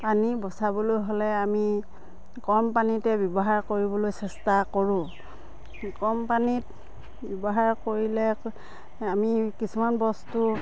পানী বচাবলৈ হ'লে আমি কম পানীতে ব্যৱহাৰ কৰিবলৈ চেষ্টা কৰোঁ কম পানীত ব্যৱহাৰ কৰিলে আমি কিছুমান বস্তু